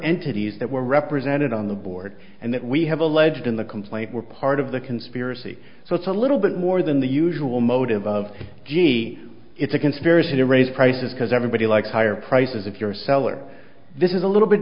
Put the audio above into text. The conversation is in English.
entities that were represented on the board and that we have alleged in the complaint we're part of the conspiracy so it's a little bit more than the usual motive of gee it's a conspiracy to raise prices because everybody likes higher prices if you're a seller this is a little bit